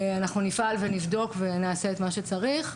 נפעל, נבדוק ונעשה את מה שצריך.